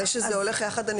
זה שזה הולך יחס,